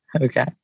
Okay